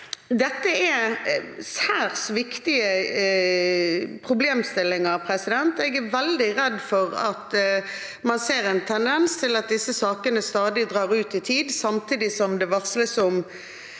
Dette er særs viktige problemstillinger. Jeg er veldig redd for at man ser en tendens til at disse sakene stadig drar ut i tid, samtidig som det varsles om